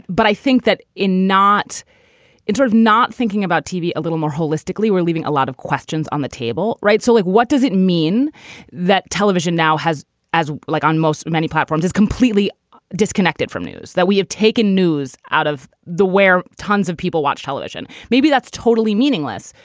but i think that in not in sort of not thinking about tv a little more holistically, we're leaving a lot of questions on the table. right. so like, what does it mean that television now has as like on most many platforms is completely disconnected from news that we have taken news out of the where tons of people watch television. maybe that's totally meaningless,